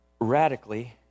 radically